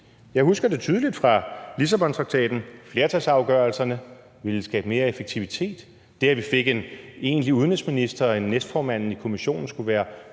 Jeg husker tydeligt fra Lissabontraktaten, at man sagde, at flertalsafgørelserne ville skabe mere effektivitet, og at det, at vi fik en egentlig udenrigsminister og en næstformand i Kommissionen, skulle